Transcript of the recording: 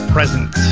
Present